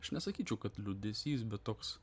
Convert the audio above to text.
aš nesakyčiau kad liūdesys bet toks